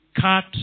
cut